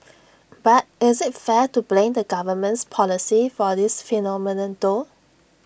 but is IT fair to blame the government's policy for this phenomenon though